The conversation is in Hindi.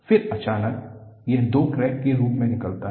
फिर अचानक यह दो क्रैक के रूप में निकलता है